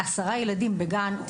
עם שמונה או עשרה ילדים בגן,